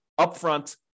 upfront